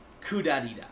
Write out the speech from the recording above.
Kudadida